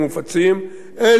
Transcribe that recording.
אלה אכן יתבקשו,